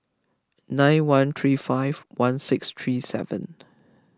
nine one three five one six three seven